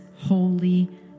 holy